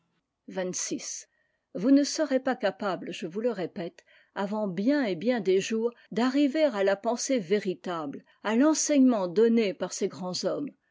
vous ne serez pas capable je vous le répète avant bien et bien des jours d'arriver à la pensée véritable à l'enseignement donné par ces grands hommes